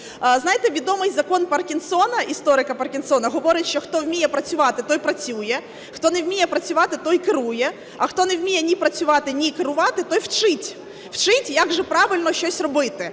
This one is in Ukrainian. Знаєте, відомий закон Паркінсона, історика Паркінсона, говорить, що хто вміє працювати – той працює, хто не вміє працювати – той керує, а хто не вміє ні працювати, ні керувати – той вчить, вчить, як же правильно щось робити.